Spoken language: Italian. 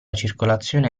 circolazione